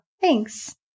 Thanks